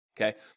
Okay